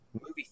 movie